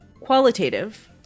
qualitative